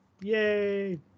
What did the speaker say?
yay